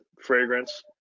fragrance